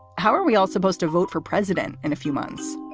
how are we all supposed to vote for president? and a few months